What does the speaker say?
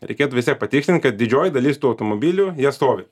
reikėtų vis tiek patikslint kad didžioji dalis tų automobilių jie stovi